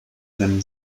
seinem